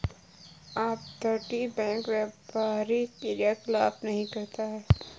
अपतटीय बैंक व्यापारी क्रियाकलाप नहीं करता है